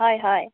হয় হয়